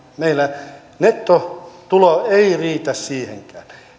meillä nettotulo ei riitä siihenkään